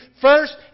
first